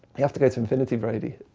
have to get to infinity, brady